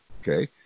okay